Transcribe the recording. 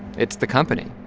it's the company,